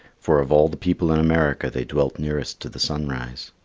for of all the people in america they dwelt nearest to the sun-rise.